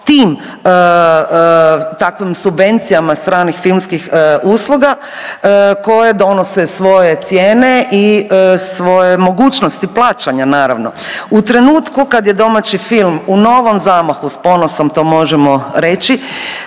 tim, takvim subvencijama stranih filmskih usluga koje donose svoje cijene i svoje mogućnosti plaćanja naravno. U trenutku kad je domaći film u novom zamahu s ponosom to možemo reći